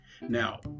Now